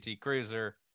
Cruiser